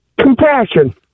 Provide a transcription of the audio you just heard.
Compassion